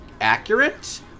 accurate